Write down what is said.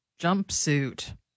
jumpsuit